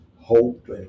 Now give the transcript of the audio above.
hope